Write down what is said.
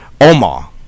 Omar